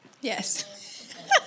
Yes